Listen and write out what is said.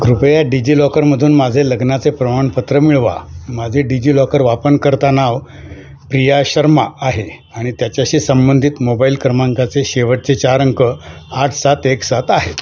कृपया डिज्जिलॉकरमधून माझे लग्नाचे प्रमाणपत्र मिळवा माझे डिज्जिलॉकर वापनकर्ता नाव प्रिया शर्मा आहे आणि त्याच्याशी संबंधित मोबाइल क्रमांकाचे शेवटचे चार अंक आठ सात एक सात आहेत